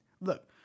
Look